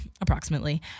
Approximately